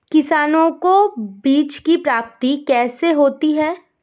किसानों को बीज की प्राप्ति कैसे होती है?